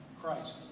Christ